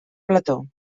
plató